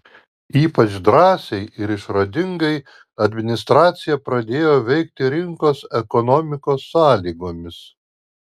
ypač drąsiai ir išradingai administracija pradėjo veikti rinkos ekonomikos sąlygomis